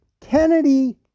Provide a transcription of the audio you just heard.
Kennedy